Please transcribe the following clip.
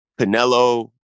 Canelo